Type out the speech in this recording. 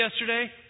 yesterday